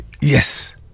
Yes